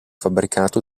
fabbricato